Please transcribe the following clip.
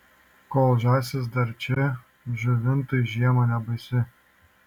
kol žąsys dar čia žuvintui žiema nebaisi